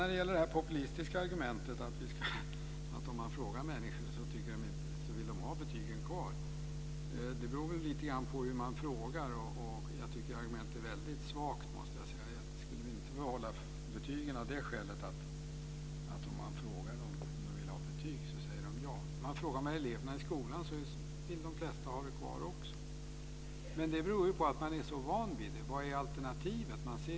När det gäller det populistiska argumentet att om man frågar människor så vill de ha betygen kvar, tycker jag att det argumentet är väldigt svagt. Det beror på hur man frågar. Jag skulle inte vilja behålla betygen av det skälet att om man frågar om de vill ha betyg säger de ja. Om man frågar eleverna i skolan vill de flesta ha dem kvar, men det beror på att de är så vana vid betyg. Vad är alternativet?